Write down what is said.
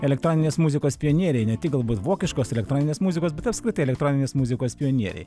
elektroninės muzikos pionieriai ne tik galbūt vokiškos elektroninės muzikos bet apskritai elektroninės muzikos pionieriai